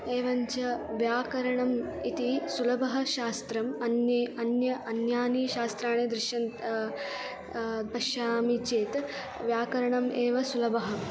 एवञ्च व्याकरणम् इति सुलभं शास्त्रम् अन्ये अन्यत् अन्यानि शास्त्राणि दृश्यते पश्यामि चेत् व्याकरणम् एव सुलभं